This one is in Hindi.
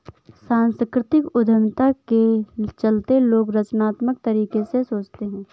सांस्कृतिक उद्यमिता के चलते लोग रचनात्मक तरीके से सोचते हैं